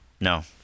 No